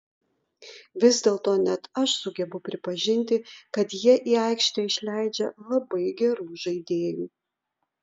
vis dėlto net aš sugebu pripažinti kad jie į aikštę išleidžia labai gerų žaidėjų